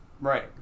right